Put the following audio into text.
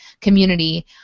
community